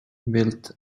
built